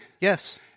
Yes